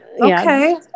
Okay